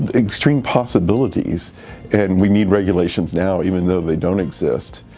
um possibilities and we need regulations now, even though they don't exist